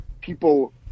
people